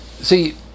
See